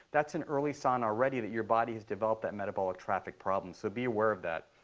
that's an early sign already that your body has developed that metabolic traffic problem, so be aware of that.